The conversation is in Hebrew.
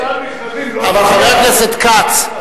גם דברים, מכרזים, אבל, חבר הכנסת כץ,